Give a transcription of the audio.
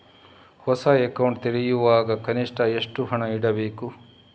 ಹೊಸ ಅಕೌಂಟ್ ತೆರೆಯುವಾಗ ಕನಿಷ್ಠ ಎಷ್ಟು ಹಣ ಇಡಬೇಕು?